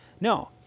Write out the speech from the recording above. No